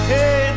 Hey